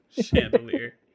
Chandelier